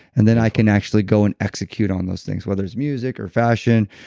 and then i can actually go and execute on those things, whether it's music or fashion,